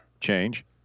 change